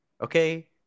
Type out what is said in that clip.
Okay